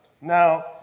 Now